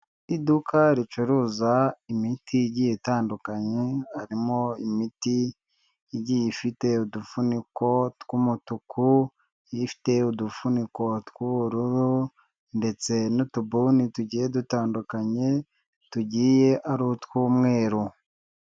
Iduka ricuruza imiti igiye itandukanye, harimo imiti igiye ifite udufuniko tw'umutuku, ifite udufuniko tw'ubururu ndetse n'utubuni tugiye dutandukanye, tugiye ari utw'umweru.